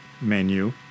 menu